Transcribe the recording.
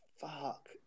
fuck